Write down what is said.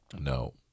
no